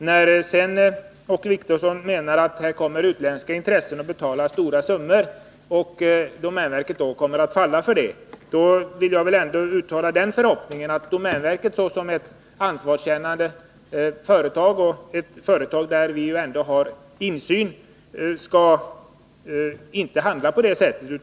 När sedan Åke Wictorsson menar att det kommer in utländska intressen som är beredda att betala stora summor och att domänverket kommer att falla för sådana erbjudanden, vill jag uttala den förhoppningen att domänverket såsom ett ansvarskännande företag och ett företag i vilket vi ju har insyn inte skall handla på det sättet.